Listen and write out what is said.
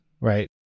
right